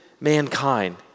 mankind